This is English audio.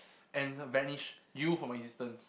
and banish you from existence